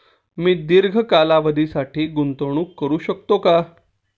मी दीर्घ कालावधीसाठी गुंतवणूक करू शकते का?